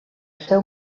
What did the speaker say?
seu